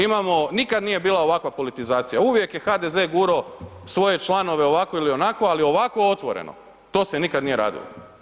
Imamo, nikad nije bila ovakva politizacija, uvijek je HDZ gurao svoje članove ovako ili onako ali ovako otvoreno to se nikad nije radilo.